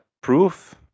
proof